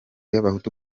y’abahutu